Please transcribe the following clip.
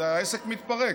העסק מתפרק,